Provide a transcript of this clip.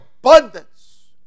abundance